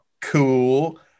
Cool